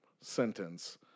sentence